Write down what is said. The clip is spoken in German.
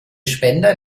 spender